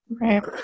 Right